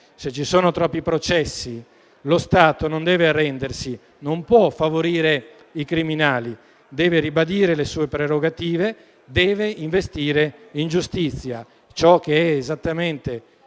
se ci sono troppi processi, lo Stato non deve arrendersi; non può favorire i criminali, deve ribadire le proprie prerogative e investire in giustizia, che è esattamente